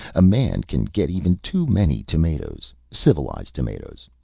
a man can get even too many tomatoes. civilized tomatoes.